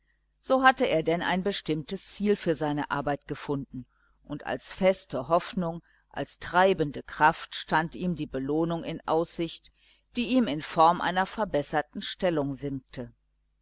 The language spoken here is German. so hatte er denn ein bestimmtes ziel für seine arbeit gefunden und als feste hoffnung als treibende kraft stand ihm die belohnung in aussicht die ihm in form einer verbesserten stellung winkte